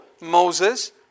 Moses